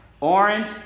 Orange